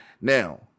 Now